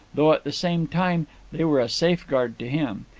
though at the same time they were a safeguard to him.